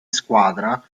squadra